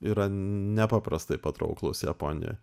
yra nepaprastai patrauklus japonijoj